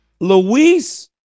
Luis